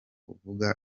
uvuga